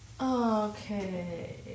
Okay